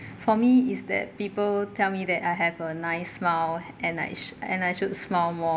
for me is that people tell me that I have a nice smile and I sh~ and I should smile more